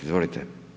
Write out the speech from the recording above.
Izvolite.